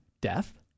death